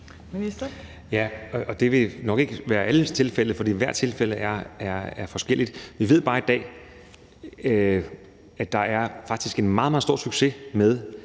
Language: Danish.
Heunicke): Det vil nok ikke være sådan i alle tilfælde, for alle tilfældene er forskellige. Vi ved bare i dag, at der faktisk er meget, meget stor succes med,